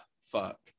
fuck